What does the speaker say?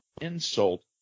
insult